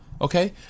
okay